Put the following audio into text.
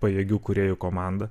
pajėgių kūrėjų komanda